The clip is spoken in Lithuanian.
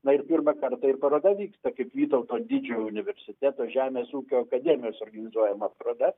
na ir pirmą kartą ir paroda vyksta kaip vytauto didžiojo universiteto žemės ūkio akademijos organizuojama paroda